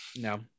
No